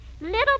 Little